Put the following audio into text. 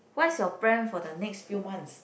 what's your plan for the next few months